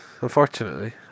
unfortunately